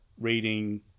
reading